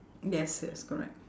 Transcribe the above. yes yes correct